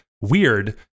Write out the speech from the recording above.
weird